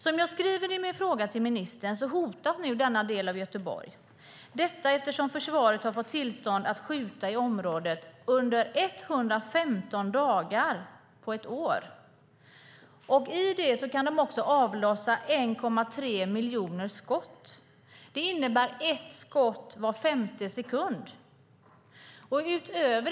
Som jag skriver i min fråga till ministern hotas nu denna del av Göteborg, eftersom försvaret har fått tillstånd att skjuta i området under 115 dagar under ett år. Enligt tillståndet kan de avlossa 1,3 miljoner skott. Det innebär ett skott var femte sekund.